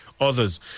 others